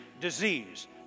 disease